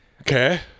Okay